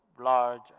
large